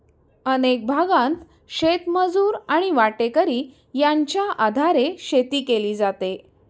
अनेक भागांत शेतमजूर आणि वाटेकरी यांच्या आधारे शेती केली जाते